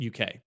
UK